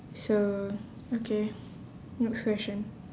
so okay next question